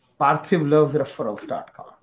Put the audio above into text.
Parthivlovesreferrals.com